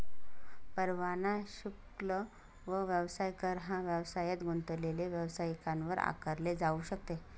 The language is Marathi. परवाना शुल्क व व्यवसाय कर हा व्यवसायात गुंतलेले व्यावसायिकांवर आकारले जाऊ शकते